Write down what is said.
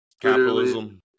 capitalism